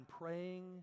praying